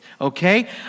Okay